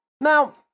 Now